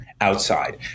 outside